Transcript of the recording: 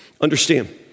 Understand